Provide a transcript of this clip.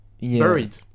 buried